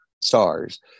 stars